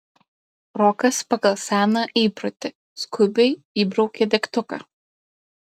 rokas pagal seną įprotį skubiai įbraukė degtuką